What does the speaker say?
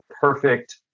perfect